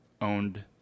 owned